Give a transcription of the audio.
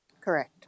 Correct